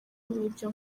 n’ibyo